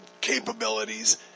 capabilities